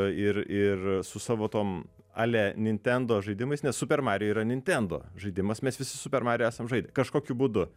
ir ir su savo tom ale nintendo žaidimais nes super mario yra nintendo žaidimas mes visi super mario esam žaidę kažkokiu būdu